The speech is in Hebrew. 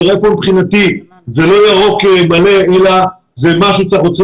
איפה מבחינתי זה לא ירוק אלא זה משהו שאנחנו צריכים